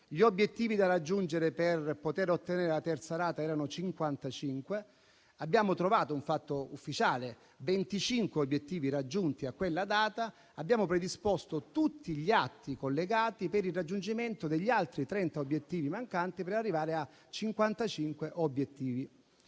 gli obiettivi da raggiungere per poter ottenere la terza rata erano 55. Abbiamo trovato - è un fatto ufficiale - 25 obiettivi raggiunti a quella data, abbiamo predisposto tutti gli atti collegati per il raggiungimento degli altri 30 obiettivi mancanti per arrivare a 55 obiettivi.